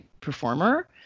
performer